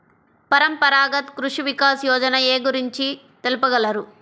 పరంపరాగత్ కృషి వికాస్ యోజన ఏ గురించి తెలుపగలరు?